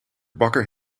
bakker